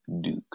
Duke